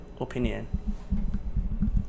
opinion